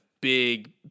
big